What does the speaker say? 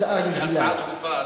כשהוא מצטרף להצעה דחופה,